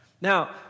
Now